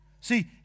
See